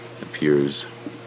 appears